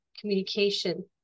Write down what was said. communication